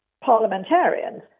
parliamentarians